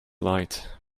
light